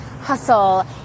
hustle